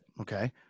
Okay